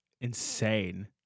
insane